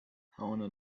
helena